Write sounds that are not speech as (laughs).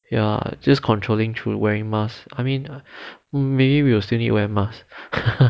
ya just controlling through wearing mask I mean we will still need to wear masks (laughs)